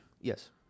Yes